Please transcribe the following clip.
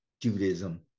Judaism